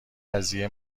قضیه